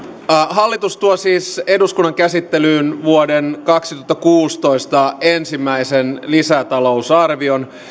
hallitus tuo siis eduskunnan käsittelyyn vuoden kaksituhattakuusitoista ensimmäisen lisätalousarvion